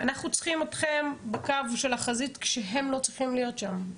אנחנו צריכים אתכם בקו של החזית כשהם לא צריכים להיות שם.